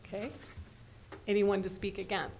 ok anyone to speak again